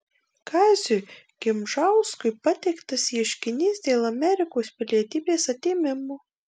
kaziui gimžauskui pateiktas ieškinys dėl amerikos pilietybės atėmimo